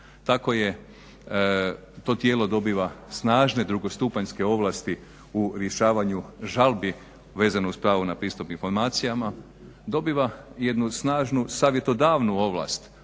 Tako to tijelo dobiva snažne drugostupanjske ovlasti u rješavanju žalbi vezano uz pravo na pristup informacijama, dobiva jednu snažnu savjetodavnu ovlast,